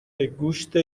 گوشت